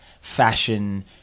fashion